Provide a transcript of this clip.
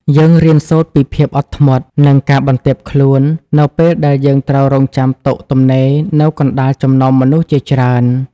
យើងរៀនសូត្រពីភាពអត់ធ្មត់ និងការបន្ទាបខ្លួន នៅពេលដែលយើងត្រូវរង់ចាំតុទំនេរនៅកណ្តាលចំណោមមនុស្សជាច្រើន។